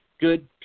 good